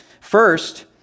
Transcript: First